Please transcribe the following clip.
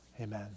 Amen